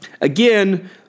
Again